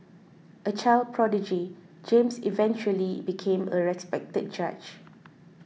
a child prodigy James eventually became a respected judge